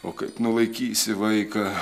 o kaip nulaikysi vaiką